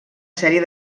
sèrie